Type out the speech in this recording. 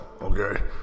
okay